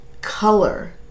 color